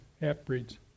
half-breeds